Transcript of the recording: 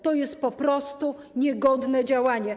To jest po prostu niegodne działanie.